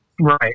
Right